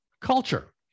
culture